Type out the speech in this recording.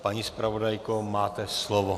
Paní zpravodajko, máte slovo.